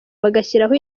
bagashyiraho